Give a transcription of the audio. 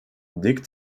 dick